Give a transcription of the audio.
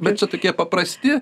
bet čia tokie paprasti